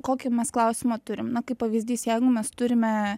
kokį mes klausimą turim na kaip pavyzdys jeigu mes turime